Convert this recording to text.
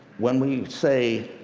when we say,